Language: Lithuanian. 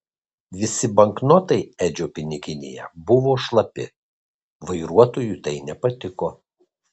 visi banknotai edžio piniginėje buvo šlapi vairuotojui tai nepatiko